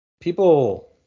people